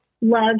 love